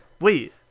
Wait